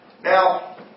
Now